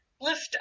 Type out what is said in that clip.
Lift